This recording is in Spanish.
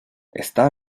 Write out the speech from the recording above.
está